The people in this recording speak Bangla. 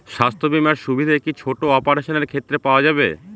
স্বাস্থ্য বীমার সুবিধে কি ছোট অপারেশনের ক্ষেত্রে পাওয়া যাবে?